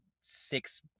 six